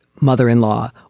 mother-in-law